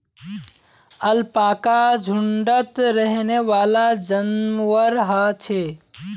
alpaca झुण्डत रहनेवाला जंवार ह छे